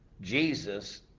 Jesus